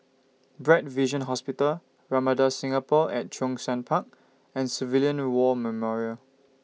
Bright Vision Hospital Ramada Singapore At Zhongshan Park and Civilian War Memorial